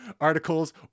articles